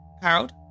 Harold